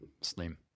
slim